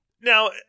now